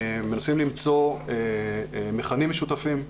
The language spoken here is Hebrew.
ומנסים למצוא מכנים משותפים,